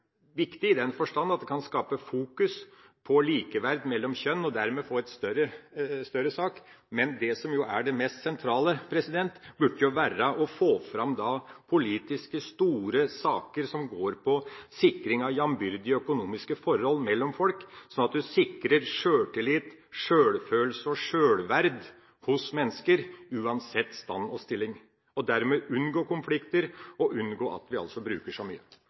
viktig i den forstand at det kan skape fokus på likeverd mellom kjønn, og at man dermed får en større sak. Men det som burde være det mest sentrale, er å få fram politisk store saker som går på sikring av jambyrdige økonomiske forhold mellom folk, sånn at du sikrer sjøltillit, sjølfølelse og sjølverd hos mennesker, uansett stand og stilling, og dermed unngår konflikter og at vi bruker så mye.